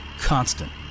constant